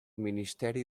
ministeri